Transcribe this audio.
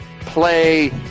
play